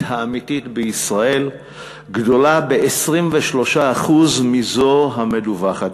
האמיתית בישראל גדולה ב-23% מזו המדווחת,